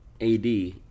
AD